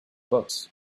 books